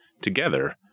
Together